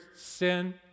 sin